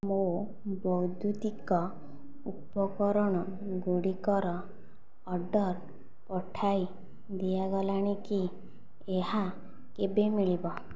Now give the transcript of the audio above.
ମୋ' ବୈଦ୍ୟୁତିକ ଉପକରଣ ଗୁଡ଼ିକର ଅର୍ଡ଼ର୍ ପଠାଇ ଦିଆଗଲାଣି କି ଏହା କେବେ ମିଳିବ